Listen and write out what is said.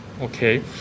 okay